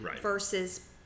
versus